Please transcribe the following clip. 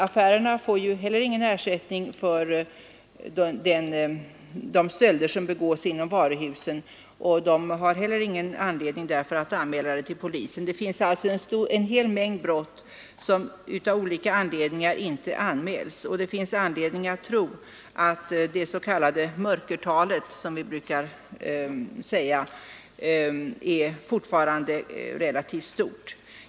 Affärerna får ju ingen ersättning för de stölder som begås inom varuhusen, och inte heller de har därför anledning att anmäla sådana brott till polisen. Det finns alltså en hel mängd brott som av olika anledningar inte anmäls, och det är anledning att tro att det s.k. mörkertalet fortfarande är relativt stort.